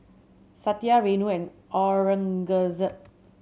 Satya Renu and Aurangzeb